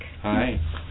Hi